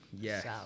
Yes